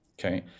Okay